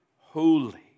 holy